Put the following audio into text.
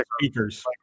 speakers